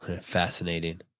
fascinating